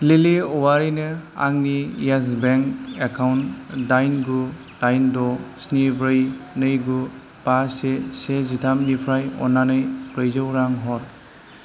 लिलि औवारिनो आंनि इयेस बेंक एकाउन्ट दाइन गु दाइन द' स्नि ब्रै नै गु बा से से जिथाम निफ्राय अन्नानै ब्रैजौ रां हर